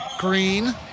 Green